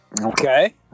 Okay